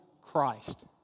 Christ